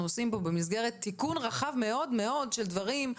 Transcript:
עושים פה במסגרת תיקון רחב מאוד מאוד של דברים,